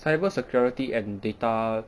cyber security and data